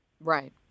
Right